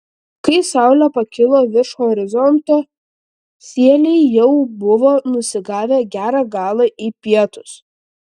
kai saulė pakilo virš horizonto sieliai jau buvo nusigavę gerą galą į pietus